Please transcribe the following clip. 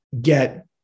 get